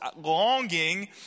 longing